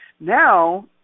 now